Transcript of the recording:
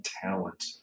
talent